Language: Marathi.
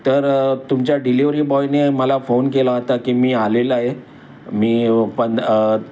तर तुमच्या डिलिवरी बॉयने मला फोन केला होता की मी आलं आहे मी पण